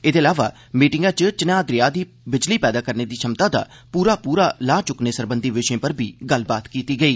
एह्दे इलावा मीटिंगै च चिनाह दरेया दी बिजली पैदा करने दी छमता दा पूरा पूरा लाह् चुक्कने सरबंधी बिशयें पर बी गल्लबात कीती गेई